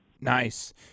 Nice